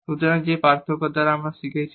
সুতরাং পার্থক্য দ্বারা আমরা শিখেছি